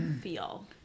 feel